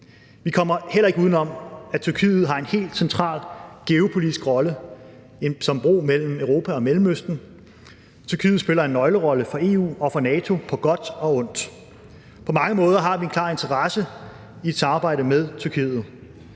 Vi kommer heller ikke udenom, at Tyrkiet har en helt central geopolitisk rolle som bro mellem Europa og Mellemøsten – Tyrkiet spiller en nøglerolle for EU og for NATO på godt og på ondt. På mange måder har vi en klar interesse i et samarbejde med Tyrkiet.